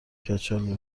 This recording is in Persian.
کچل